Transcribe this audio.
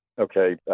Okay